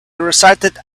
recited